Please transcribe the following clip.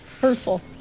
hurtful